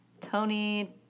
Tony